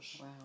Wow